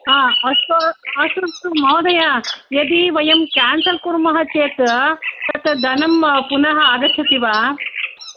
आ अस्तो अस्तु अस्तु महोदय यदि वयं केन्सल् कुर्मः चेत तत् धनं पुनः आगच्छति वा